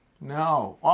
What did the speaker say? No